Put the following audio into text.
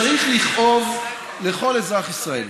הוא צריך לכאוב לכל אזרח ישראלי.